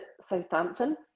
Southampton